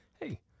hey